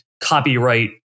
copyright